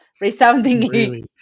Resounding